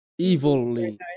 Evilly